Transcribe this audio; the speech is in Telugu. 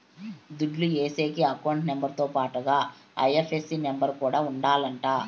దుడ్లు ఏసేకి అకౌంట్ నెంబర్ తో పాటుగా ఐ.ఎఫ్.ఎస్.సి నెంబర్ కూడా ఉండాలంట